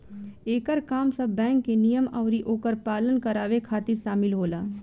एकर काम सब बैंक के नियम अउरी ओकर पालन करावे खातिर शामिल होला